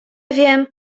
wiem